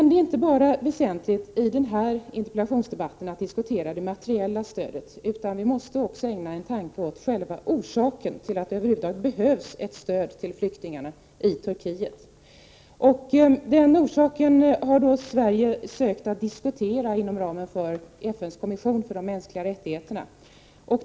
Det är inte bara väsentligt att diskutera det materiella stödet i den här interpellationsdebatten, utan vi måste också ägna en tanke åt själva orsaken till att det över huvud taget behövs ett stöd till flyktingarna i Turkiet. Den orsaken har Sverige försökt att diskutera inom ramen för FN:s kommission för de mänskliga rättigheterna.